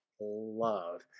love